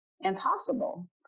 impossible